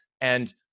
And-